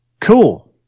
Cool